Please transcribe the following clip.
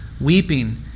weeping